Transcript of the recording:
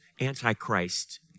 Antichrist